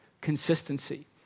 Consistency